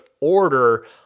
order